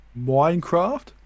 Minecraft